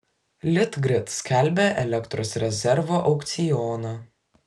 litgrid skelbia elektros rezervo aukcioną